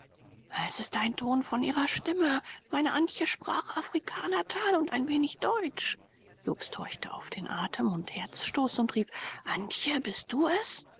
es ist ein ton von ihrer stimme meine antje sprach afrikanertal und ein wenig deutsch jobst horchte auf den atem und herzstoß und rief antje bist du es